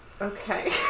Okay